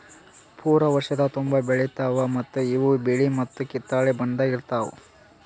ಪೂರಾ ವರ್ಷದ ತುಂಬಾ ಬೆಳಿತಾವ್ ಮತ್ತ ಇವು ಬಿಳಿ ಮತ್ತ ಕಿತ್ತಳೆ ಬಣ್ಣದಾಗ್ ಇರ್ತಾವ್